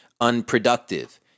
unproductive